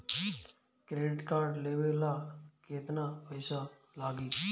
Credit card लेवे ला केतना पइसा लागी?